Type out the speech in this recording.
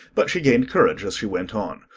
but she gained courage as she went on.